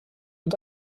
und